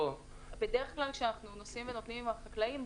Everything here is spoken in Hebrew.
בדרך כלל כשאנחנו נושאים ונותנים עם החקלאים,